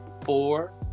four